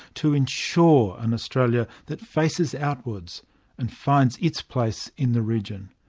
to ensure an australia that faces outwards and finds its place in the region.